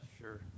Sure